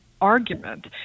argument